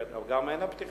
כן, אבל גם מעין הפתיחה.